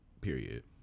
period